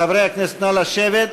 חברי הכנסת, נא לשבת.